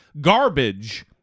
garbage